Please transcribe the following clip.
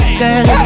girl